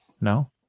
no